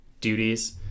duties